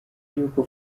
yuko